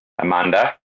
Amanda